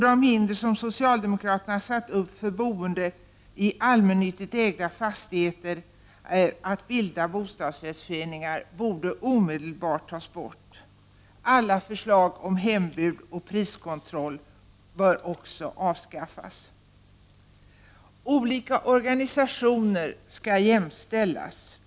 De hinder som socialdemokraterna har satt upp för boendet i allmännyttigt ägda fastigheter när det gäller att bilda bostadsrättsföreningar borde omedelbart tas bort. Alla förslag om hembud och priskontroll bör också avvisas. Olika organisationer skall jämställas.